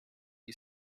you